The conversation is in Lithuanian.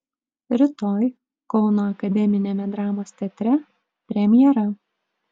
rytoj kauno akademiniame dramos teatre premjera